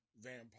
vampire